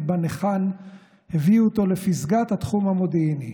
שבה ניחן הביאו אותו לפסגת התחום המודיעיני,